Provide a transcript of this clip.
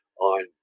on